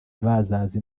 bazaza